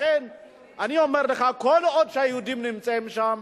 לכן, אני אומר לך, כל עוד היהודים נמצאים שם,